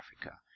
Africa